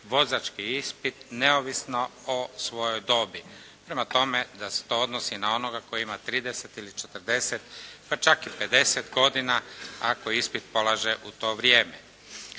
vozački ispit neovisno o svojoj dobi. Prema tome, da se to odnosi i na onoga koji ima 30 ili 40, pa čak i 50 godina ako ispit polaže u to vrijeme.